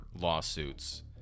lawsuits